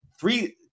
Three